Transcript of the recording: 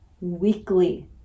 weekly